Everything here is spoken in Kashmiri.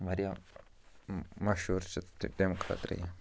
واریاہ مَشہوٗر چھِ تہِ تَمہِ خٲطرٕ یہِ